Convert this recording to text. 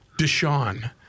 Deshaun